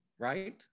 right